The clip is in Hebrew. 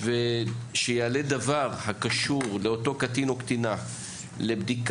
ושיעלה דבר הקשור לאותו קטין או קטינה לבדיקה,